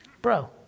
Bro